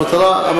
מה המטרה?